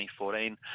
2014